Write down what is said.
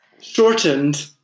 Shortened